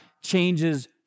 changes